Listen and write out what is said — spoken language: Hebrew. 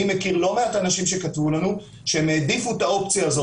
אני מכיר לא מעט אנשים שכתבו לנו שהם העדיפו את האופציה הזו